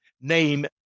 name